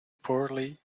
poorly